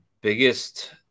biggest